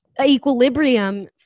equilibrium